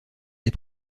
des